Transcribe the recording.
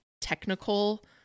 technical